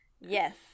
yes